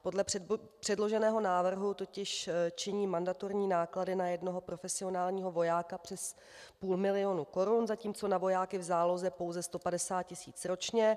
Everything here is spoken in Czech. Podle předloženého návrhu totiž činí mandatorní náklady na jednoho profesionálního vojáka přes půl milionu korun, zatímco na vojáky v záloze pouze 150 tisíc ročně.